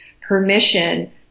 permission